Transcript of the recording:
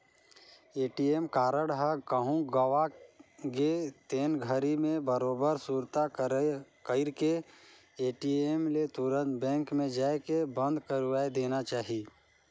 ATM card ह कहूँ गवा गे तेन घरी मे बरोबर सुरता कइर के ए.टी.एम ले तुंरत बेंक मे जायके बंद करवाये देना चाही